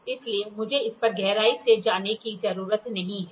इसलिए मुझे इस पर गहराई से जाने की जरूरत नहीं है